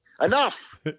enough